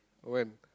when